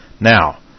Now